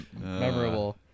memorable